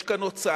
יש כאן הוצאה,